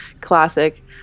classic